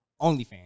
OnlyFans